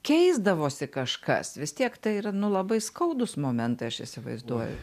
keisdavosi kažkas vis tiek tai yra nu labai skaudūs momentai aš įsivaizduoju